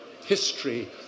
history